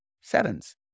Sevens